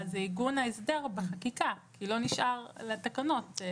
עיגון ההסדר בחקיקה כי לא נשאר לתקנות.